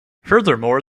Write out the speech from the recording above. furthermore